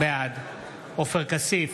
בעד עופר כסיף,